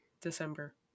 December